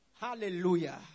Hallelujah